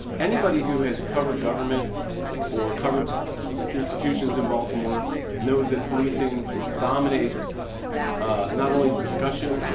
anybody who has covered government or covered institutions in baltimore know that policing dominates not only the discussion,